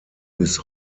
bis